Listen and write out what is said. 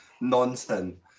nonsense